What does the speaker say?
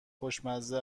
خوشمزه